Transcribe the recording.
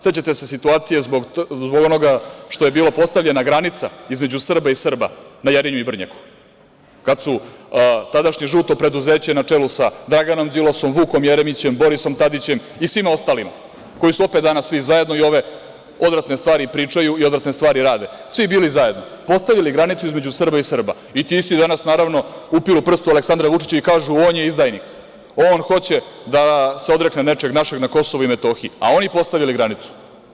Sećate se situacije zbog onoga što je bila postavljena granica između Srba i Srba na Jarinju i Brnjaku, kad su tadašnje „žuto preduzeće“ na čelu sa Draganom Đilasom, Vukom Jeremićem, Borisom Tadićem, i svima ostalima, koji su opet danas svi zajedno i ove odvratne stvari pričaju i odvratne stvari rade, svi bili zajedno, postavili granicu između Srba i Srba i ti isti danas naravno upiru prst u Aleksandra Vučića i kažu – on je izdajnik, on hoće da se odrekne nečeg našeg na Kosovu i Metohiji, a oni postavili granicu.